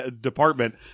department